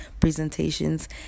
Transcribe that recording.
presentations